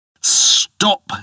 Stop